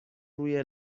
روی